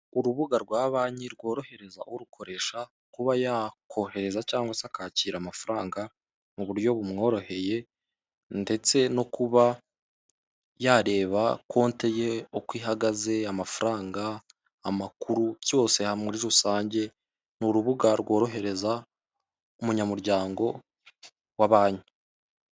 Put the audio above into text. Urubuga rwa banki rworohereza urukoresha kuba yakohereza cyangwa se akakira amafaranga m'uburyo bumworoheye ndetse no kuba yareba konti ye uko ihagaze amafaranga, amakuru cyose muri rusange ni urubuga rworohereza umunyamuryango wa banki.